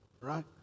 right